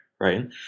right